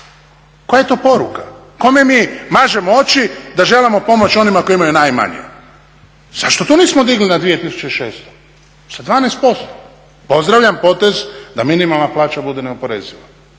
Koja je poruka? Kome mi mažemo oči da želimo pomoći onima koji imaju najmanje? Zašto to nismo digli na 2.600 sa 12%? Pozdravljam potez da minimalna plaća bude neoporeziva,